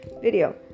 video